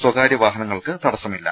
സ്ഥകാര്യ വാഹനങ്ങൾക്ക് തടസ്സമില്ല